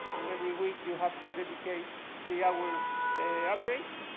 every week, you have to dedicate three hours aggregate.